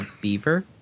beaver